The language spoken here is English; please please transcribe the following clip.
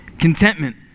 Contentment